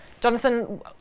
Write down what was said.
Jonathan